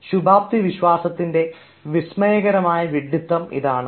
ശുഭാപ്തിവിശ്വാസത്തിന്റെ വിസ്മയകരമായ വിഡിത്തം ഇതാണ്"